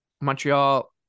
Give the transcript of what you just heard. Montreal